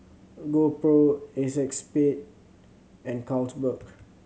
GoPro Acexspade and Carlsberg